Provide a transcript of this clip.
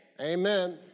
Amen